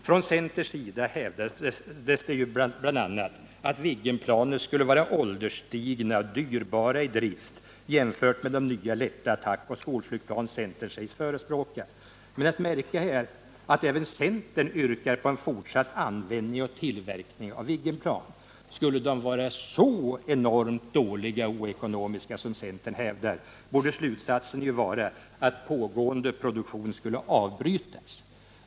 Från centerns sida hävdas det bl.a. att Viggenplanen skulle vara ålderstigna och dyrbara i drift, jämfört med de nya lätta attackoch skolflygplan som centern sägs förespråka. Men att märka är att även centern yrkat på fortsatt användning och tillverkning av Viggenplan. Skulle de vara så enormt dåliga och oekonomiska som centern hävdar borde slutsatsen ju vara att pågående produktion skulle avbrytas.